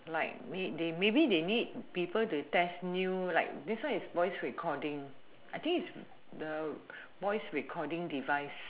like need they maybe they need people to test new like this one is voice recording I think is the voice recording device